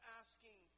asking